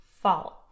fault